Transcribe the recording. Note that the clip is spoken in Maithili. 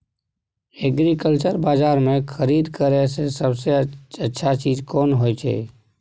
एग्रीकल्चर बाजार में खरीद करे से सबसे अच्छा चीज कोन होय छै?